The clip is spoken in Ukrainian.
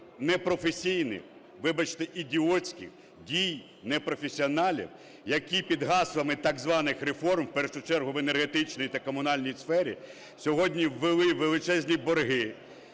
непрофесійних, вибачте, ідіотських дій непрофесіоналів, які під гаслами так званих реформ, в першу чергу в енергетичній та комунальній сфері, сьогодні ввели в величезні борги